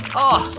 oh,